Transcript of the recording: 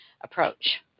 approach